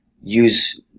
use